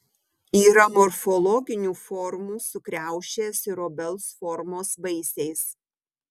yra morfologinių formų su kriaušės ir obels formos vaisiais